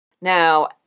Now